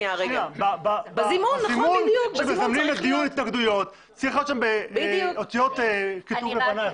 בזימון שמזמנים לדיון התנגדויות צריך להיות שם באותיות קידוש לבנה.